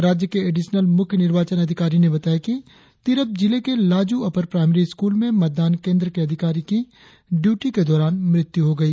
राज्य के एडिशनल मुख्य निर्वाचन अधिकारी ने बताया कि तिरप जिले के लाजू अपर प्राईमरी स्कूल में मतदान केंद्र के अधिकारी की ड्यूटी के दौरान मृत्यु हो गई